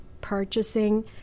purchasing